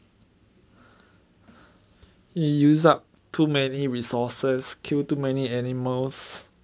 you use up too many resources kill too many animals